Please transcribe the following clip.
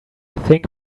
think